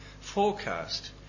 forecast